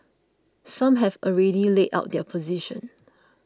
some have already laid out their position